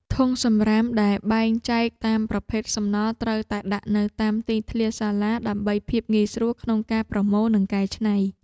ធុងសំរាមដែលបែងចែកតាមប្រភេទសំណល់ត្រូវតែដាក់នៅតាមទីធ្លាសាលាដើម្បីភាពងាយស្រួលក្នុងការប្រមូលនិងកែច្នៃ។